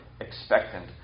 expectant